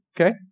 Okay